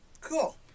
Cool